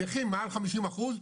נכים מעל 50 אחוז,